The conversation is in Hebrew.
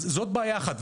זאת בעיה אחת.